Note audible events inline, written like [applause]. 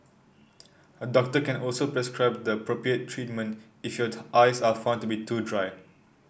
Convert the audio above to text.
a doctor can also prescribe the appropriate treatment if your [unintelligible] eyes are found to be too dry